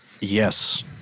yes